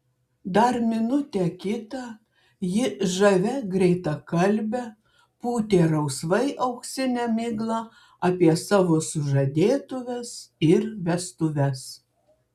dar minutę kitą ji žavia greitakalbe pūtė rausvai auksinę miglą apie savo sužadėtuves ir vestuves